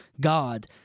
God